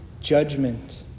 Judgment